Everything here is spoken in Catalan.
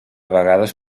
vegades